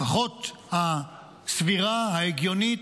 לפחות הסבירה, ההגיונית,